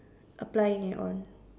applying it on